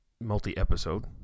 multi-episode